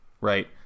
right